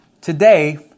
Today